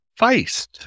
Feist